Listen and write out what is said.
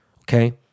Okay